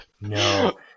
No